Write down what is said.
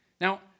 Now